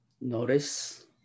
notice